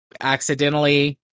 accidentally